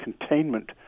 containment